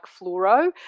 fluoro